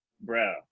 Bro